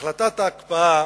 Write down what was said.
החלטת ההקפאה